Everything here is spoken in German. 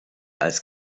als